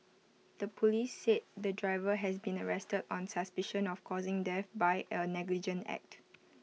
the Police said the driver has been arrested on suspicion of causing death by A negligent act